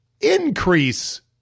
increase